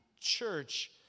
church